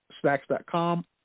snacks.com